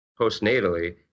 postnatally